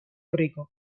rico